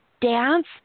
dance